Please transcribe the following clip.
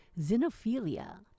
xenophilia